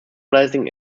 blazing